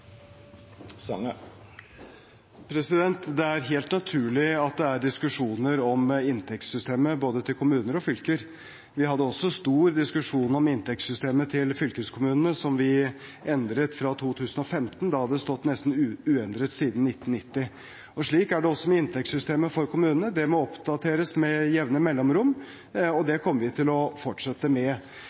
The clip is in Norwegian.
Det er helt naturlig at det er diskusjoner om inntektssystemet til både kommuner og fylker. Vi hadde også stor diskusjon om inntektssystemet til fylkeskommunene, som vi endret fra 2015. Da hadde det stått nesten uendret siden 1990. Slik er det også med inntektssystemet for kommunene. Det må oppdateres med jevne mellomrom, og det kommer vi til å fortsette med.